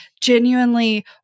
genuinely